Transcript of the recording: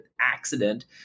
accident